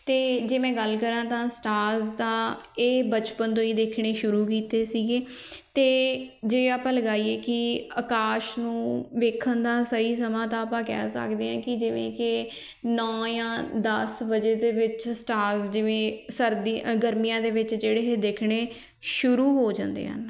ਅਤੇ ਜੇ ਮੈਂ ਗੱਲ ਕਰਾਂ ਤਾਂ ਸਟਾਰਜ਼ ਤਾਂ ਇਹ ਬਚਪਨ ਤੋਂ ਹੀ ਦੇਖਣੇ ਸ਼ੁਰੂ ਕੀਤੇ ਸੀਗੇ ਅਤੇ ਜੇ ਆਪਾਂ ਲਗਾਈਏ ਕੀ ਆਕਾਸ਼ ਨੂੰ ਵੇਖਣ ਦਾ ਸਹੀ ਸਮਾਂ ਤਾਂ ਆਪਾਂ ਕਹਿ ਸਕਦੇ ਆ ਕਿ ਜਿਵੇਂ ਕਿ ਨੌ ਜਾਂ ਦਸ ਵਜੇ ਦੇ ਵਿੱਚ ਸਟਾਰਜ਼ ਜਿਵੇਂ ਸਰਦੀ ਗਰਮੀਆਂ ਦੇ ਵਿੱਚ ਜਿਹੜੇ ਇਹ ਦੇਖਣੇ ਸ਼ੁਰੂ ਹੋ ਜਾਂਦੇ ਹਨ